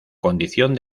condición